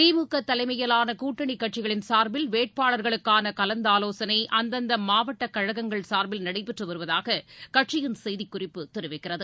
திமுகதலைமையிலானகூட்டணிகட்சிகளின் சார்பில் வேட்பாளர்களுக்கானகலந்தாலோசனைஅந்தந்தமாவட்டகழகங்கள் சார்பில் நடைபெற்றுவருவதாககட்சியின் செய்திக்குறிப்பு தெரிவிக்கிறது